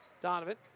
Donovan